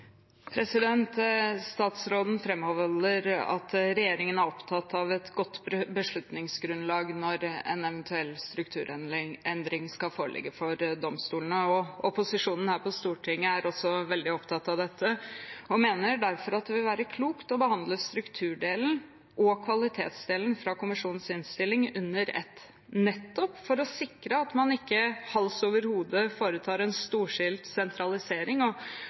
Statsråden framholder at regjeringen er opptatt av et godt beslutningsgrunnlag når en eventuell strukturendring for domstolene skal foreligge. Opposisjonen her på Stortinget er også veldig opptatt av dette og mener derfor det vil være klokt å behandle strukturdelen og kvalitetsdelen fra kommisjonens innstilling under ett, nettopp for å sikre at man ikke hals over hode foretar en storstilt sentralisering og